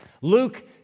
Luke